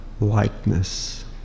likeness